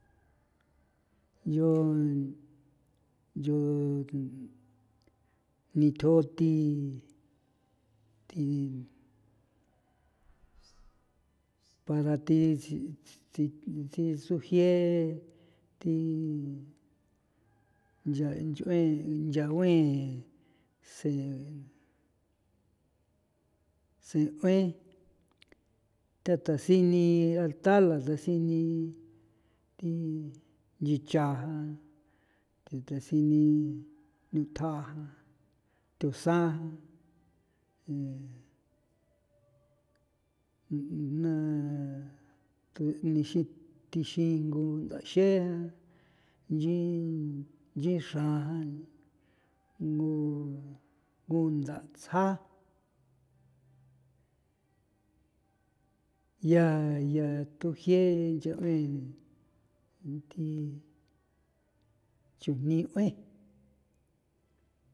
Yon yu ni tjo thi thin para thi tsi tsi tsi tsujie thi nya nch'ue nya ue sen sen 'uen thatasini althala thasini thi nchi cha jan thi thasini nutjaa jan thunsan jaa naa nixi thixi ngunda xe jannchiin nchin xran ngo ngunda tsja ya ya thujie ncha' 'ue thi chujni 'ue.